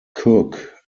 cook